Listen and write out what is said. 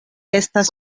estas